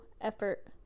effort